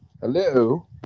Hello